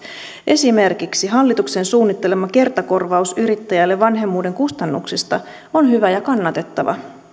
esimerkiksi hallituksen suunnittelema kertakorvaus yrittäjälle vanhemmuuden kustannuksista on hyvä ja kannatettava